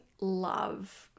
love